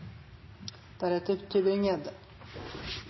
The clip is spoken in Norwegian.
deretter